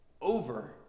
over